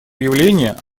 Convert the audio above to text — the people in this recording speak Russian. явления